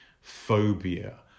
phobia